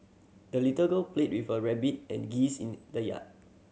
the little girl played with her rabbit and geese in the yard